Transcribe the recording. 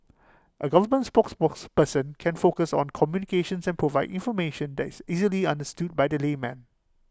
A government spokesperson can focus on communications and provide information that is easily understood by the layman